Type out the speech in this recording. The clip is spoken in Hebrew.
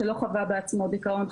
שלא חווה בעצמו דיכאון,